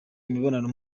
imibonano